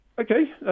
Okay